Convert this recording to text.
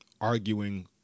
arguing